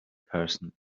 person